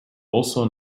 also